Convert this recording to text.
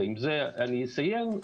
ועם זה אני אסיים.